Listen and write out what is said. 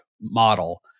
model